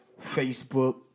Facebook